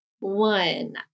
One